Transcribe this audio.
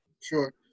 Sure